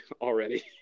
already